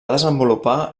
desenvolupar